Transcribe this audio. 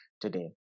today